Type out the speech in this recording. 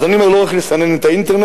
אז אני אומר: לא רק לסנן את האינטרנט.